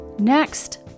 Next